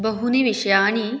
बहूनि विषयानि